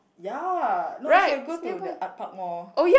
ya no actually I should have go to the art park more